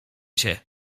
cię